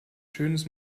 schönes